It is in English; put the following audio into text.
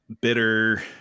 Bitter